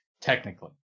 Technically